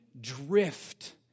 drift